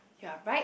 you are right